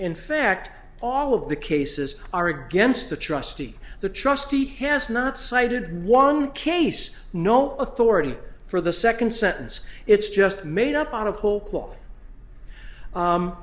in fact all of the cases are against the trustee the trustee has not cited one case no authority for the second sentence it's just made up out of